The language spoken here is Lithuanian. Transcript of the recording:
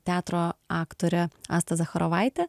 teatro aktore asta zacharovaite